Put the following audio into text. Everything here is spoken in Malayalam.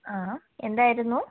ആ എന്തായിരുന്നു